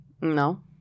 No